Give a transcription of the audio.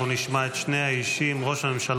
את ראש השב"כ,